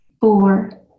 four